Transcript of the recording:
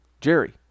Jerry